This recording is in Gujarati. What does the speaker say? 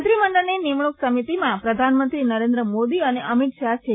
મંત્રીમંડળની નિમણૂક સમિતિમાં પ્રધાનમંત્રી નરેન્દ્ર મોદી અને અમિત શાહ છે